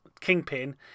Kingpin